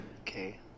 Okay